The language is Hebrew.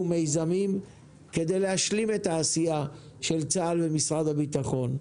מיזמים כדי להשלים את העשייה של צה"ל ומשרד הבטחון.